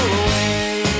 away